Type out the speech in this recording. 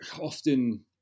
often